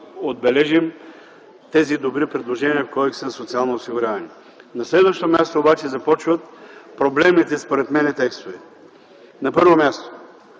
отбележим тези добри предложения в Кодекса за социално осигуряване. На следващо място обаче започват проблемните, според мен, текстове. На първо място,